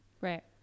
right